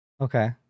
Okay